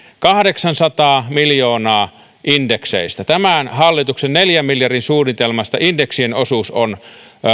kahdeksansataa miljoonaa indekseistä tämän hallituksen neljän miljardin suunnitelmasta indeksien osuus on